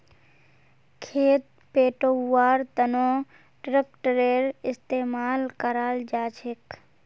खेत पैटव्वार तनों ट्रेक्टरेर इस्तेमाल कराल जाछेक